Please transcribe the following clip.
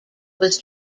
was